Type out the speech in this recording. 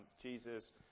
Jesus